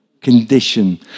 condition